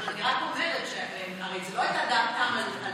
אבל אני רק אומרת, שהרי זה לא היה על דעתם האישית,